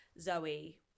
Zoe